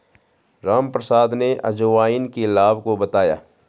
रामप्रसाद ने अजवाइन के लाभ को बताया